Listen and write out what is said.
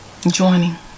Joining